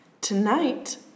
Tonight